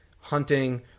hunting